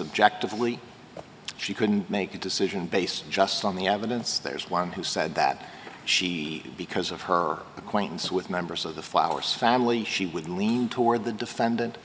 objective only she could make a decision based just on the evidence there's one who said that she because of her acquaintance with members of the flowers family she would lean toward the defendant